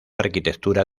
arquitectura